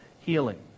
healing